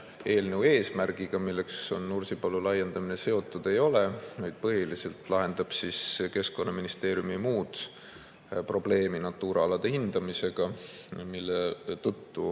eelnõu eesmärgiga, milleks on Nursipalu laiendamine, seotud ei ole, vaid põhiliselt lahendab Keskkonnaministeeriumi muud probleemi Natura alade hindamisel, mille tõttu